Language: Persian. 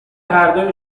هردو